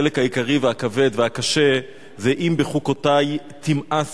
והחלק העיקרי והכבד והקשה זה "אם בחֻקֹתי תמאסו".